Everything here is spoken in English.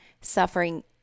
suffering